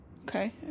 Okay